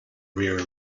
rear